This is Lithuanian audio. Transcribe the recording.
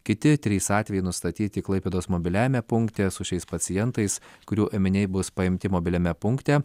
kiti trys atvejai nustatyti klaipėdos mobiliajame punkte su šiais pacientais kurių ėminiai bus paimti mobiliame punkte